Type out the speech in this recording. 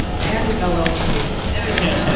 and ah ll ll cool j. i mean